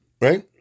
right